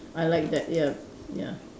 I like that ya ya